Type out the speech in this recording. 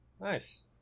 Nice